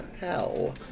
hell